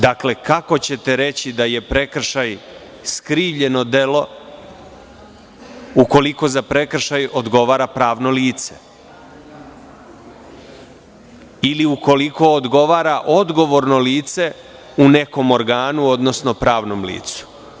Dakle, kako ćete reći da je prekršaj skrivljeno delo ukoliko za prekršaj odgovara pravno lice ili ukoliko odgovara odgovorno lice u nekom organu, odnosno pravnom licu?